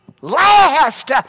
last